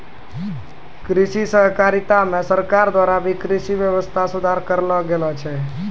कृषि सहकारिता मे सरकार द्वारा भी कृषि वेवस्था सुधार करलो गेलो छै